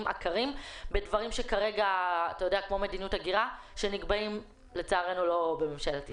עקרים בדברים כמו מדיניות הגירה שנקבעים לצערנו לא בממשלת ישראל.